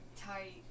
tight